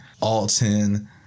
alton